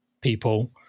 people